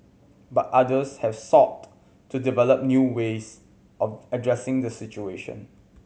but others have sought to develop new ways of addressing the situation